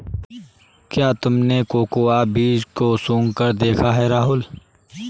क्या तुमने कोकोआ बीज को सुंघकर देखा है राहुल?